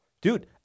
dude